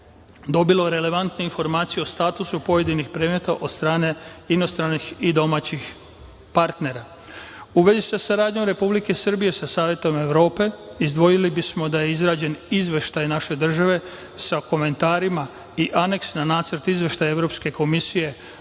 dobilo relevantne informacije o statusu pojedinih predmeta od strane inostranih i domaćih partnera.U vezi sa saradnjom Republike Srbije, sa Savetom Evrope, izdvojili bismo da je izrađen izveštaj naše države sa komentarima i aneks na nacrt izveštaja Evropske komisije,